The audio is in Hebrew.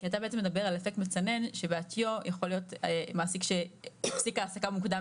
כי אתה בעצם מדבר על אפקט מצנן ש- - יכול להיות מעסיק שהפסיק העסקה מוקדם